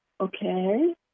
Okay